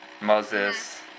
Moses